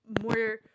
more